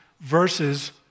verses